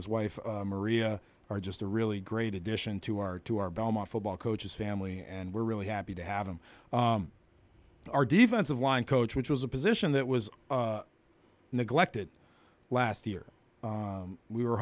his wife maria are just a really great addition to our to our belmont football coaches family and we're really happy to have him our defensive line coach which was a position that was neglected last year we were